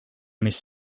mis